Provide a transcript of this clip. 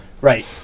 Right